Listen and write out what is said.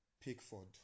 Pickford